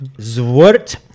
Zwart